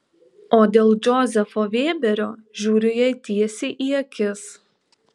o dėl džozefo vėberio žiūriu jai tiesiai į akis